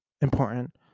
important